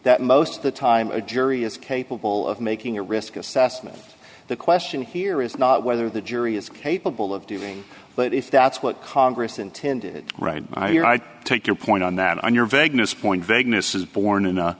that most of the time a jury is capable of making a risk assessment the question here is not whether the jury is capable of doing but if that's what congress intended right here i take your point on that on your vagueness point vagueness is born in